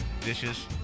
dishes